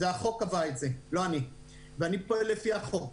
החוק קבע את זה, לא אני, ואני פועל לפי החוק.